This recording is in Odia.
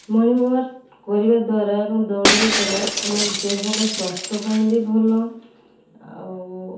ମର୍ଣିଙ୍ଗ୍ ୱାକ୍ କରିବା ଦ୍ୱାରା ଏବଂ ଦୌଡ଼ିବା ଦ୍ୱାରା ଆମର ଦେହ ବା ସ୍ୱାସ୍ଥ୍ୟ ପାଇଁ ବି ଭଲ ଆଉ